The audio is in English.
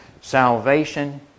salvation